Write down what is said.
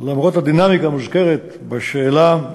למרות הדינמיקה המוזכרת בשאלה,